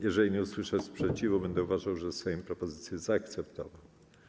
Jeżeli nie usłyszę sprzeciwu, będę uważał, że Sejm propozycję zaakceptował.